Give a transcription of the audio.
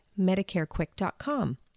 medicarequick.com